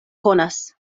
konas